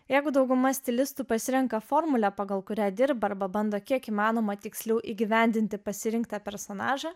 jeigu dauguma stilistų pasirenka formulę pagal kurią dirba arba bando kiek įmanoma tiksliau įgyvendinti pasirinktą personažą